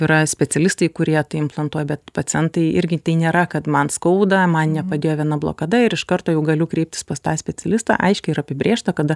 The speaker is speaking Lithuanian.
yra specialistai kurie implantuoja bet pacientai irgi nėra kad man skauda man nepadėjo viena blokada ir iš karto jau galiu kreiptis pas tą specialistą aiškiai yra apibrėžta kada